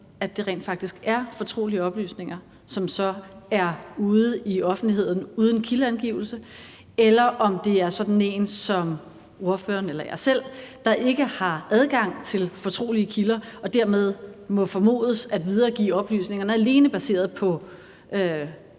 at det rent faktisk er fortrolige oplysninger, som så er ude i offentligheden uden kildeangivelse, eller om det er sådan en, som ordføreren eller jeg selv, der ikke har adgang til fortrolige kilder og dermed må formodes at videregive oplysningerne alene baseret på